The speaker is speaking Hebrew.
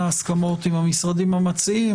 להתייחסויות ולמענים של המשרדים המציעים.